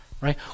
Right